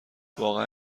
واقعا